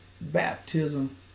baptism